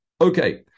Okay